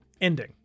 ending